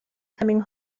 coming